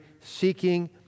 seeking